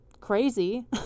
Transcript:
crazy